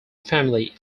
family